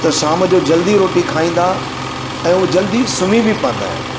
त शाम जो जल्दी रोटी खाईंदा ऐं उहे जल्दी सुम्ही बि पवंदा आहिनि